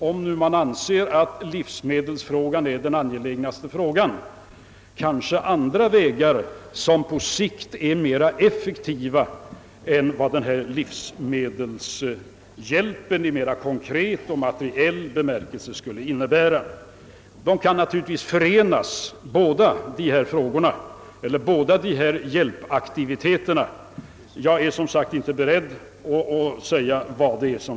Om man anser att livsmedelsproblemet är det som är angelägnast att lösa, så finns det kanske ändå andra vägar att föreslå som på sikt är mer effektiva än livsmedelshjälp i mera konkret och materiell bemärkelse, Dessa båda hjälpaktiviteter kan naturligtvis förenas, men jag är inte beredd att avgöra vilken av dem som bör få väga tyngst.